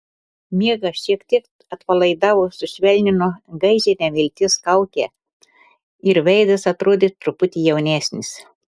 miegas šiek tiek atpalaidavo sušvelnino gaižią nevilties kaukę ir veidas atrodė truputį jaunesnis